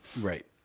Right